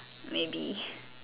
maybe